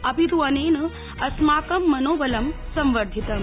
अपित् अनेन अस्माक ं मनोबल ं संवर्धितम्